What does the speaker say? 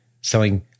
selling